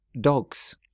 dogs